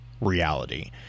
reality